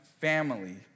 family